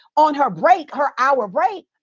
on her break, her hour break,